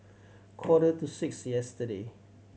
quarter to six yesterday